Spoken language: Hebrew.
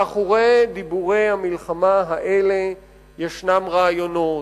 מאחורי דיבורי המלחמה האלה ישנם רעיונות,